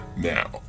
now